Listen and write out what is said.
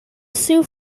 sue